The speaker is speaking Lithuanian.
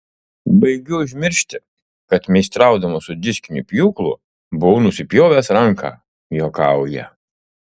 baigiu užmiršti kad meistraudamas su diskiniu pjūklu buvau nusipjovęs ranką juokauja